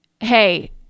Hey